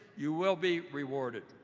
you will be rewarded.